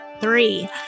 three